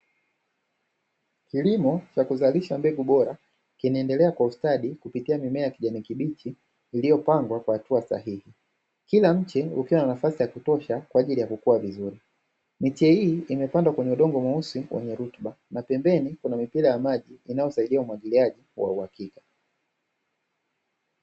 Kilimo cha kuzalisha mbegu Bora kinaendelea kwa ustadi, kupitia mimea ya kijani kibichi iliyopangwa kwa hatua sahihi. Kila mche ukiwa na nafasi ya kutosha kwa ajili ya kukua vizuri. Miche hii imepandwa kwenye udongo mweusi, wenye rutuba na pembeni kuna mipira ya maji inayosaidia umwagiliaji wa uhakika.